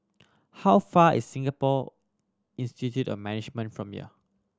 how far is Singapore Institute of Management from here